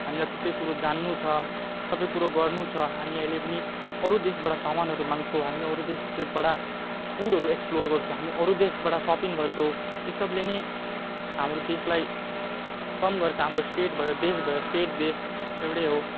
हामीलाई थुप्रै कुरो जान्नु छ सबै कुरो गर्नु छ हामी अहिले पनि अरू देशबाट सामानहरू माग्छौँ हामी अरू देशबाट फुडहरू एक्सप्लोर गर्छौँ हामी अरू देशबाट सपिङ गर्छौँ यो सबले नै हाम्रो देशलाई कम गर्छ हाम्रो स्टेट भयो देश भयो स्टेट देश एउटै हो